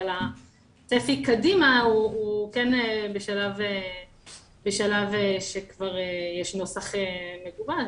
אבל הצפי קדימה הוא כן בשלב שכבר יש נוסח מקובל,